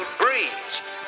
breeze